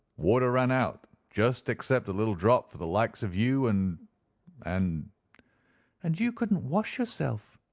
water ran out. just except a little drop for the likes of you and and and you couldn't wash yourself,